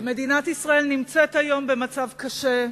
מדינת ישראל נמצאת היום במצב קשה.